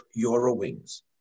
Eurowings